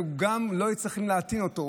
וגם לא יצטרכו להטעין אותו.